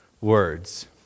words